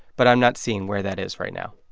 but i'm not seeing where that is right now